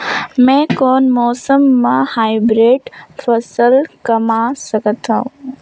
मै कोन मौसम म हाईब्रिड फसल कमा सकथव?